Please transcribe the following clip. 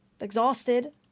exhausted